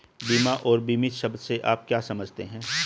बीमा और बीमित शब्द से आप क्या समझते हैं?